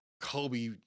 Kobe